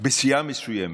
בסיעה מסוימת,